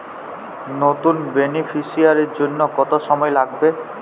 নতুন বেনিফিসিয়ারি জন্য কত সময় লাগবে?